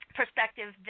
perspective